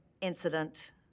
incident